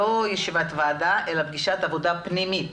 לא ישיבת ועדה אלא פגישת עבודה פנימית